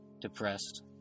depressed